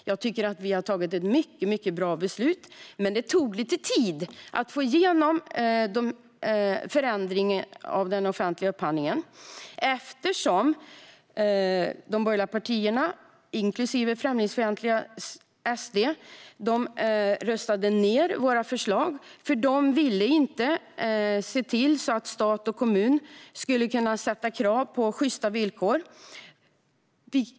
Jag tycker att vi har tagit ett bra beslut, men det tog lite tid att få igenom förändringar av den offentliga upphandlingen eftersom de borgerliga partierna, inklusive främlingsfientliga Sverigedemokraterna, röstade ned våra förslag. De ville inte att stat och kommun skulle kunna ställa krav på sjysta villkor.